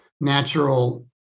natural